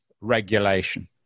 regulation